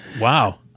Wow